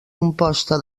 composta